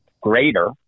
greater